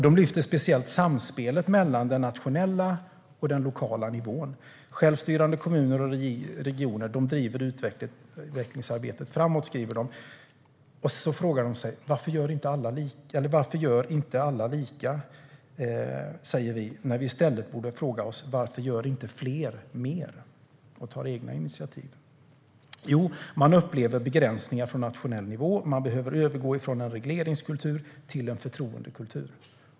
De lyfte speciellt fram samspelet mellan den nationella och den lokala nivån. Självstyrande kommuner i regionen driver utvecklingsarbetet framåt. De frågar sig varför inte alla gör lika när de i stället borde fråga varför inte fler gör mer och tar egna initiativ. Jo, man upplever begränsningar på nationell nivå. Man behöver övergå från en regleringskultur till en förtroendekultur.